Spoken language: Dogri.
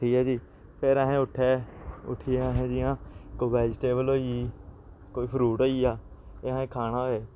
ठीक ऐ जी फिर अस उट्ठे उट्ठियै असें जी ना कोई बेजीटेबल होई गेई कोई फ्रूट होई गेआ एह् असें खाना होऐ